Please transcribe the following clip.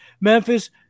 Memphis